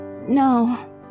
No